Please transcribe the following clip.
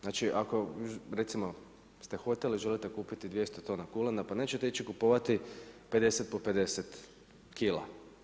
Znači, ako recimo ste hotel i želite kupiti 200 tona kulena, pa nećete ići kupovati 50 po 50 kg.